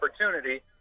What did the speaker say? opportunity